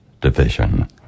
division